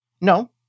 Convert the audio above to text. No